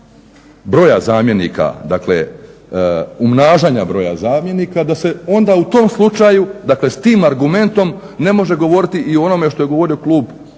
broja zamjenika dakle umnažanja broja zamjenika da se onda u tom slučaju dakle s tim argumentom ne može govoriti i o onome što je govorio u ime